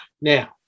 Now